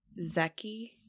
Zeki